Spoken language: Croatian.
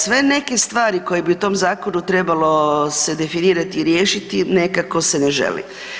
Sve neke stvari koje bi u tom zakonu trebalo se definirati i riješiti, nekako se ne želi.